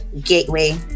gateway